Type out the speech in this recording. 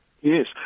Yes